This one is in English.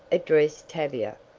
addressed tavia,